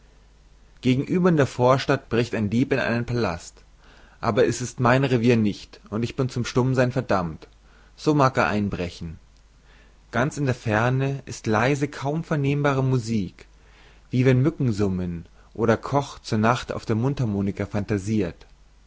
gegenüber in der vorstadt bricht ein dieb in einen pallast aber es ist mein revier nicht und ich bin zum stummsein verdammt so mag er einbrechen ganz in der ferne ist leise kaum vernehmbare musik wie wenn mücken summen oder koch zur nacht auf der mundharmonika phantasirt